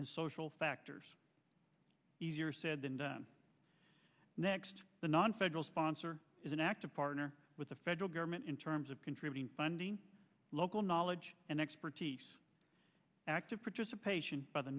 and social factors easier said than done next the nonfederal sponsor is an active partner with the federal government in terms of contributing funding local knowledge and expertise active participation by the